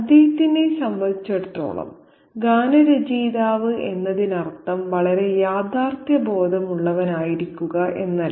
അദ്ദേഹത്തെ സംബന്ധിച്ചിടത്തോളം ഗാനരചയിതാവ് എന്നതിനർത്ഥം വളരെ യാഥാർത്ഥ്യബോധമുള്ളവനായിരിക്കുക എന്നല്ല